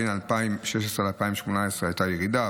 בין 2016 ל-2018 הייתה ירידה,